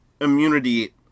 immunity